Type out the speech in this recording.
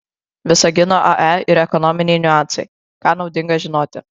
visagino ae ir ekonominiai niuansai ką naudinga žinoti